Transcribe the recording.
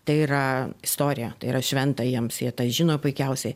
tai yra istorija tai yra šventa jiems jie tai žino puikiausiai